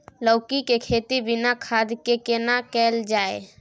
लौकी के खेती बिना खाद के केना कैल जाय?